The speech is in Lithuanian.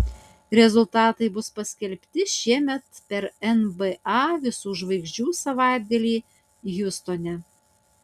rezultatai bus paskelbti šiemet per nba visų žvaigždžių savaitgalį hjustone